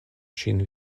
ŝin